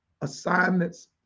assignments